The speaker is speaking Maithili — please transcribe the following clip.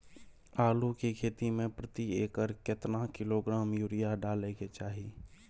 आलू के खेती में प्रति एकर केतना किलोग्राम यूरिया डालय के चाही?